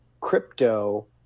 crypto